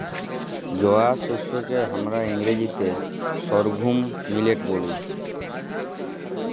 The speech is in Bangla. জয়ার শস্যকে হামরা ইংরাজিতে সর্ঘুম মিলেট ব্যলি